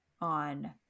on